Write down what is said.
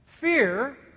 fear